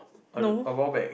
no